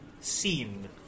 seen